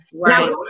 Right